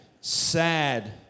sad